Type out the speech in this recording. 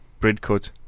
Bridcut